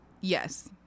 Yes